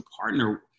partner